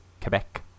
Quebec